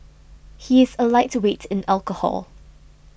he is a lightweight in alcohol